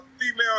female